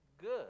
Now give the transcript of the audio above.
good